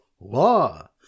law